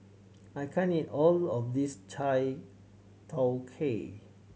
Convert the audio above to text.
I can't eat all of this chai tow kway